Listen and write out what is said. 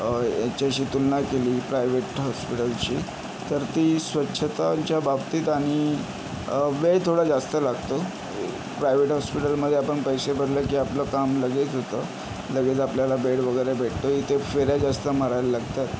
याच्याशी तुलना केली प्रायवेट हॉस्पिटलशी तर ती स्वच्छतांच्या बाबतीत आणि वेळ थोडा जास्त लागतो प्रायवेट हॉस्पिटलमध्ये आपण पैसे भरले की आपलं काम लगेच होतं लगेच आपल्याला बेड वगैरे भेटतो इथे फेऱ्या जास्त मारायला लागतात